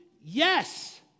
Yes